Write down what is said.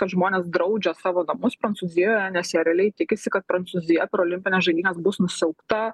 kad žmonės draudžia savo namus prancūzijoje nes jie realiai tikisi kad prancūzija per olimpines žaidynes bus nusiaubta